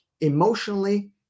emotionally